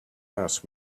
ask